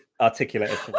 articulated